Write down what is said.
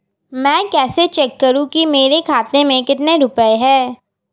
मैं कैसे चेक करूं कि मेरे खाते में कितने रुपए हैं?